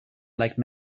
like